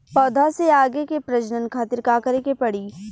पौधा से आगे के प्रजनन खातिर का करे के पड़ी?